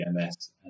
EMS